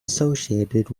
associated